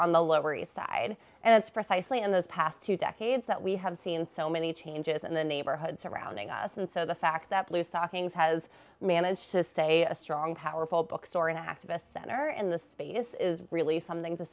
on the lower east side and it's precisely in those past two decades that we have seen so many changes in the neighborhood surrounding us and so the fact that blue stockings has managed to stay a strong powerful bookstore an activist center in this space is really something to